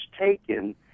taken